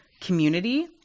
community